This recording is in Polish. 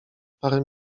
parę